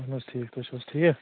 اَہن حظ ٹھیٖک تُہۍ چھُوحظ ٹھیٖک